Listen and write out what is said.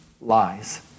lies